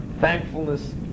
Thankfulness